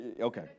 okay